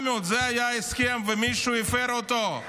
400, זה היה ההסכם, ומישהו הפר אותו.